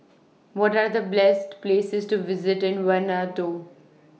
What Are The blest Places to visit in Vanuatu